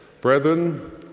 Brethren